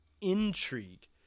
intrigue